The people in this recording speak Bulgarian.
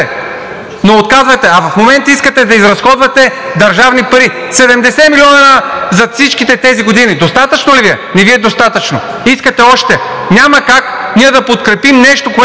но отказвахте. А в момента искате да изразходвате държавни пари. 70 милиона за всичките тези години достатъчно ли Ви е? Не Ви е достатъчно, искате още. Няма как ние да подкрепим нещо, което...